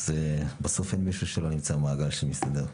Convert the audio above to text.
אז בסוף אין מישהו שלא נמצא במעגל שמסתדר.